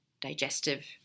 digestive